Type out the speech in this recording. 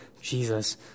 Jesus